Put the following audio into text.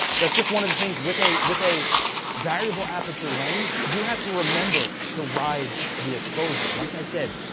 that's just one of the things with a with a variable aperture lens. you have to remember to ride the exposure, like i said,